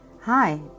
Hi